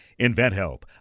InventHelp